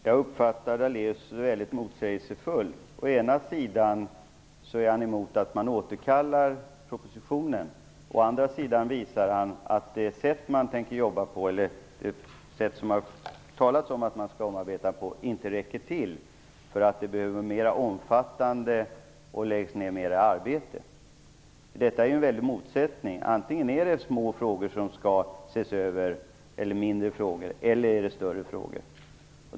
Herr talman! Jag uppfattar Lennart Daléus motsägelsefull. Å ena sidan är han emot att man återkallar propositionen, å andra sidan säger han att det sätt man tänker omarbeta den på inte är tillräckligt. Det behövs en mer omfattande omarbetning enligt honom. Där finns en motsättning. Antingen är det mindre frågor som skall ses över eller så är det större frågor.